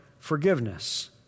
forgiveness